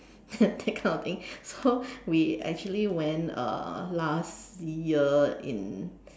that kind of thing so we actually went uh last year in